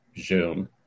Zoom